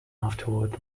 afterward